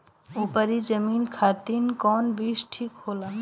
उपरी जमीन खातिर कौन बीज ठीक होला?